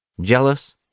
Jealous